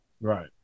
Right